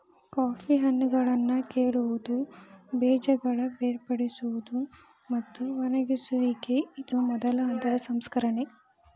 coffee ಹಣ್ಣುಗಳನ್ನಾ ಕೇಳುವುದು, ಬೇಜಗಳ ಬೇರ್ಪಡಿಸುವುದು, ಮತ್ತ ಒಣಗಿಸುವಿಕೆ ಇದು ಮೊದಲ ಹಂತದ ಸಂಸ್ಕರಣೆ